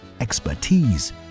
expertise